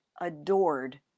adored